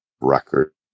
record